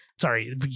sorry